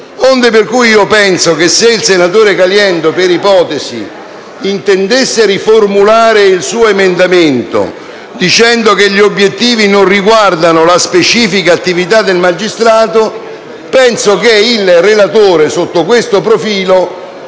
Onde per cui io penso che, se il senatore Caliendo per ipotesi intendesse riformulare il suo emendamento, dicendo che gli obiettivi non riguardano la specifica attività del magistrato, il relatore sotto questo profilo